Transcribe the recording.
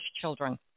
children